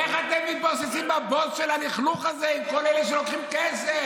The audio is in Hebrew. איך אתם מתבוססים בבוץ של הלכלוך הזה עם כל אלה שלוקחים כסף?